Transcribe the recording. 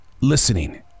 listening